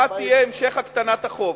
אחת תהיה המשך הקטנת החוב,